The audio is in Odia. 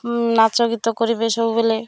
ନାଚ ଗୀତ କରିବେ ସବୁବେଳେ